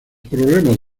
problemas